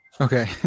okay